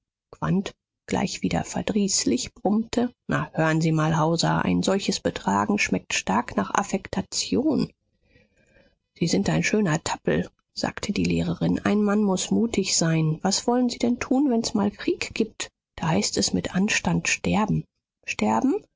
gleich wieder verdrießlich brummte na hören sie mal hauser ein solches betragen schmeckt stark nach affektation sie sind ein schöner tappel sagte die lehrerin ein mann muß mutig sein was wollen sie denn tun wenn's mal krieg gibt da heißt es mit anstand sterben sterben